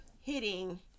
hitting